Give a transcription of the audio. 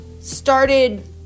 started